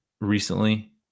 recently